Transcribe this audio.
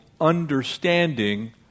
understanding